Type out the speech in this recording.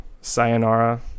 sayonara